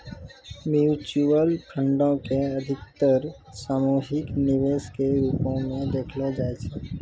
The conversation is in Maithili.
म्युचुअल फंडो के अधिकतर सामूहिक निवेश के रुपो मे देखलो जाय छै